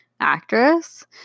actress